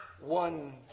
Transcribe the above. one